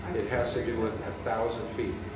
and it has to do with a thousand feet.